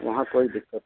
वहाँ कोई दिक़्कत नहीं है